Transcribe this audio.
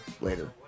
later